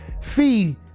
Fee